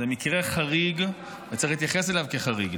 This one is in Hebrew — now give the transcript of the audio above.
זה מקרה חריג וצריך להתייחס אליו כחריג.